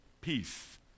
peace